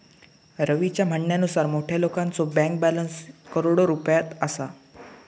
रवीच्या म्हणण्यानुसार मोठ्या लोकांचो बँक बॅलन्स करोडो रुपयात असा